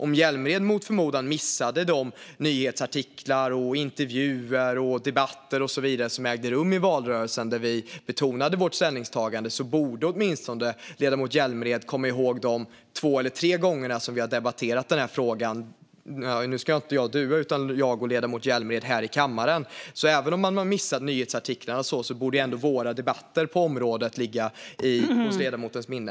Om Hjälmered mot förmodan missade de nyhetsartiklar, intervjuer, debatter och så vidare som ägde rum i valrörelsen, där vi betonade vårt ställningstagande, borde han åtminstone komma ihåg de två eller tre gånger som jag och ledamot Hjälmered - vi ska inte dua varandra här - har debatterat detta här i kammaren. Även om han har missat nyhetsartiklarna borde ändå våra debatter på området ligga i ledamotens minne.